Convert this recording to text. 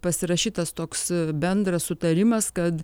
pasirašytas toks bendras sutarimas kad